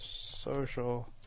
Social